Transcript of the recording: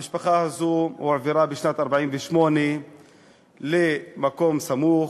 המשפחה הזו הועברה בשנת 1948 למקום סמוך,